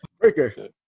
Breaker